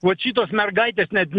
vat šitos mergaitės net